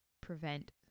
prevent